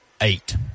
eight